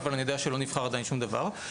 אבל אני יודע שלא נבחר עדיין שום דבר.